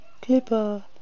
Clipper